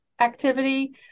activity